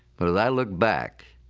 but as i look back,